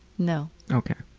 no. ok.